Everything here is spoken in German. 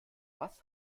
was